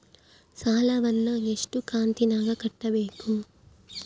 ಸಾಲವನ್ನ ಎಷ್ಟು ಕಂತಿನಾಗ ಕಟ್ಟಬೇಕು?